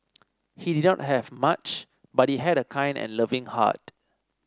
he did not have much but he had a kind and loving heart